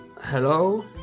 hello